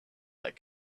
that